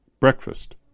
breakfast